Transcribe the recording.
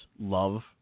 love